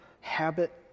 habit